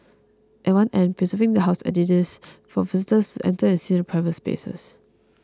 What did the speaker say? at one end preserving the House as it is for visitors to enter and see the private spaces